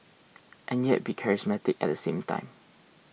and yet be charismatic at the same time